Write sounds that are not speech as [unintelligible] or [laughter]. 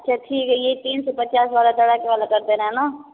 अच्छा ठीक है ये तीन सौ पचास वाला [unintelligible] अलग कर देना है न